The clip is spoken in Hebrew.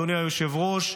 אדוני היושב-ראש,